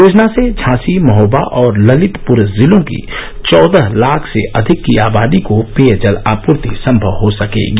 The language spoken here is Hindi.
योजना से झांसी महोबा और ललितपुर जिलों की चौदह लाख से अधिक की आबादी को पेयजल आपूर्ति संभव हो सकेगी